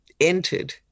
entered